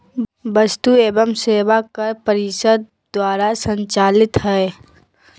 वस्तु एवं सेवा कर परिषद द्वारा संचालित हइ